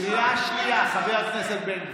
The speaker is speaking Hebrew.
קריאה שנייה, חבר הכנסת בן גביר.